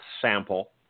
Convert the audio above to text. sample